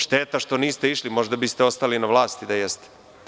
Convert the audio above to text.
Šteta što niste išli, možda biste ostali na vlasti da jeste.